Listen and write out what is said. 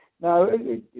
no